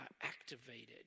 activated